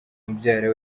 mubyara